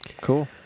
Cool